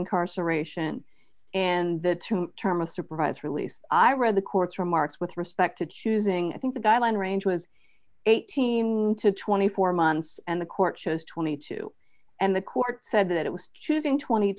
incarceration and the term a surprise release i read the court's remarks with respect to choosing i think the guideline range was eighteen to twenty four months and the court chose twenty two and the court said that it was choosing twenty